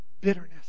bitterness